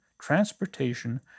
transportation